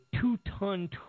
two-ton